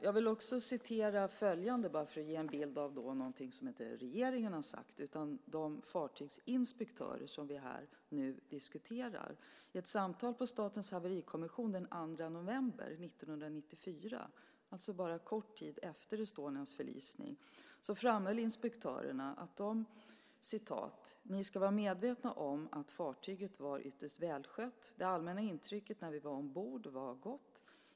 Jag vill också citera följande, för att ge en bild av något som regeringen inte har sagt utan de fartygsinspektörer som vi här diskuterar. I ett samtal på Statens haverikommission den 2 november 1994, bara en kort tid efter Estonias förlisning, framhöll inspektörerna: "'Men ni ska vara oerhört medvetna om, att fartyget var ytterst välskött. Det allmänna intrycket när vi var ombord var oerhört gott.'